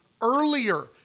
earlier